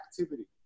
activity